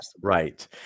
Right